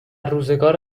روزگار